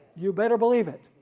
you better believe it.